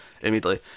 immediately